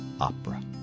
opera